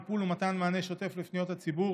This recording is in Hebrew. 1. טיפול ומתן מענה שוטף לפניות הציבור